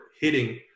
hitting